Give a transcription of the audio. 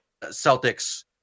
Celtics